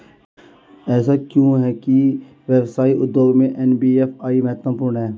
ऐसा क्यों है कि व्यवसाय उद्योग में एन.बी.एफ.आई महत्वपूर्ण है?